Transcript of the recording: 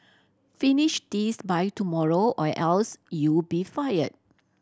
finish this by tomorrow or else you'll be fired